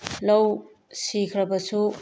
ꯂꯧ ꯁꯤꯈ꯭ꯔꯕꯁꯨ